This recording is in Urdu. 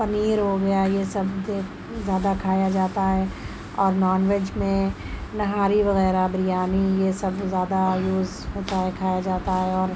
پنیر ہوگیا یہ سب زیادہ کھایا جاتا ہے اور نون ویج میں نہاری وغیرہ بریانی یہ سب زیادہ یوز ہوتا ہے کھایا جاتا ہے اور